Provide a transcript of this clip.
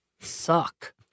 suck